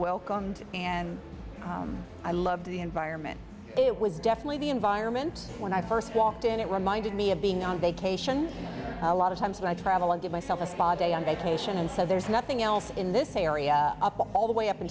welcomed and i love the environment it was definitely the environment when i first walked in it reminded me of being on vacation a lot of times when i travel and give myself a spa day on vacation and so there's nothing else in this area all the way up in